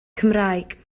cymraeg